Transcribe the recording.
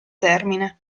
termine